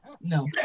No